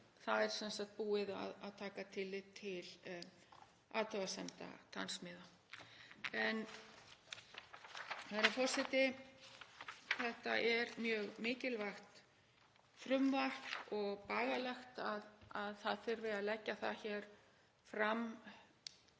það er sem sagt búið að taka tillit til athugasemda tannsmiða. Herra forseti. Þetta er mjög mikilvægt frumvarp og bagalegt að það þurfi að leggja það hér fram